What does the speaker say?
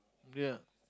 ya